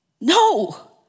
No